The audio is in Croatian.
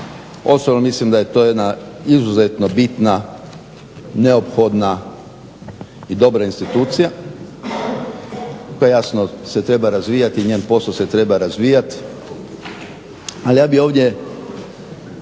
osobno mislim da je to jedna izuzetno bitna, neophodna i dobra institucija koja se treba razvijati i njen posao se treba razvijati, ali ja bih ovdje